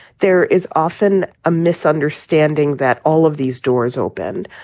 there is often a misunderstanding that all of these doors opened.